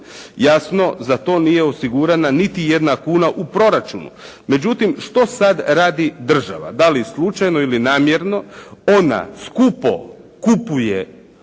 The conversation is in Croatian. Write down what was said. Jasno, za to nije osigurana niti jedna kuna u proračunu. Međutim, što sad radi država? Da li slučajno ili namjerno, ona skupo kupuje,